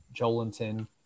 Jolinton